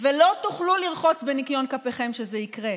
ולא תוכלו לרחוץ בניקיון כפיכם כשזה יקרה.